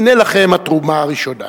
הנה לכם התרומה הראשונה.